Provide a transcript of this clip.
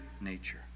nature